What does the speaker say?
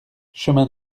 chemin